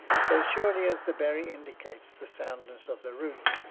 so surely as the berry indicates the soundness of the root,